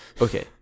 Okay